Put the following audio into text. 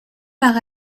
par